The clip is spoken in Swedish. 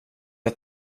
att